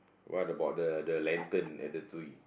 what about the the lantern at the